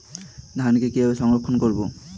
ধানকে কিভাবে সংরক্ষণ করব?